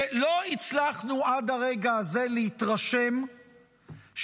שלא הצלחנו עד הרגע הזה להתרשם שהמשטרה